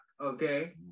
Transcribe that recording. okay